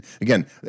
again